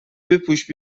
بپوش